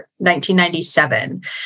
1997